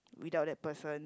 without that person